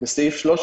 בסעיף 13,